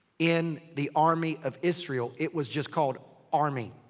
in the army of israel it was just called army.